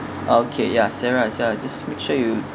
okay ya sarah ya just make sure you